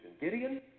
Gideon